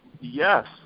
Yes